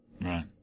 Right